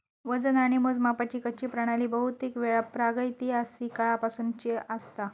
वजन आणि मोजमापाची कच्ची प्रणाली बहुतेकवेळा प्रागैतिहासिक काळापासूनची असता